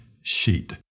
sheet